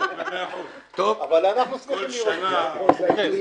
אבל אנחנו שמחים לראות אותך.